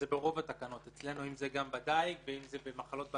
אצלנו זה ברוב התקנות,